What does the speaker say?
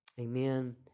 amen